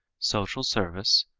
social service,